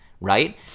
right